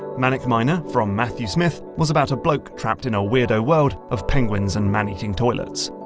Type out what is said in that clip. manic miner, from matthew smith, was about a bloke trapped in a weirdo world of penguins and man-eating toilets.